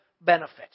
benefit